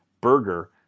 burger